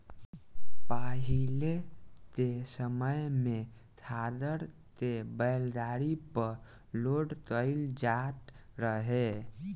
पाहिले के समय में खादर के बैलगाड़ी पर लोड कईल जात रहे